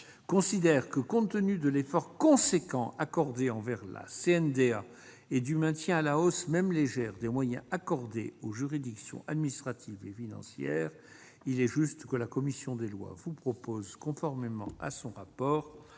collègues, compte tenu de l'effort conséquent envers la CNDA et du maintien à la hausse, même légère, des moyens accordés aux juridictions administratives et financières, Patrick Kanner estime juste que la commission des lois vous propose, conformément à son rapport